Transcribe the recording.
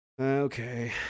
okay